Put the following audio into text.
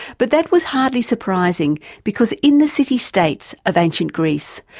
but that was hardly surprising, because in the city-states of ancient greece,